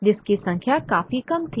जिसकी संख्या काफी कम थी